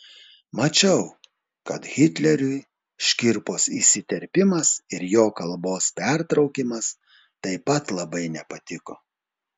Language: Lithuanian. mačiau kad hitleriui škirpos įsiterpimas ir jo kalbos pertraukimas taip pat labai nepatiko